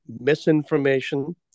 misinformation